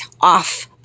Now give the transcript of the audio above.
off